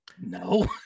no